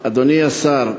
אדוני השר,